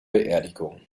beerdigung